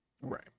Right